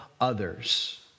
others